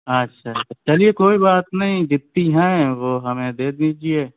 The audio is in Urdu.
اچھا چلیے کوئی بات نہیں جتنی ہیں وہ ہمیں دے دیجیے